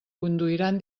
conduiran